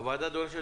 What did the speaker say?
הוועדה דורשת